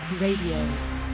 Radio